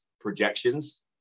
projections